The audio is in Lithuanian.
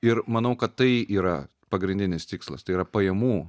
ir manau kad tai yra pagrindinis tikslas tai yra pajamų